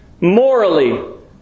morally